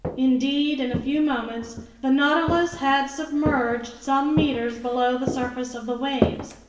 indeed, in a few moments the nautilus had submerged some meters below the surface of the waves.